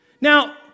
Now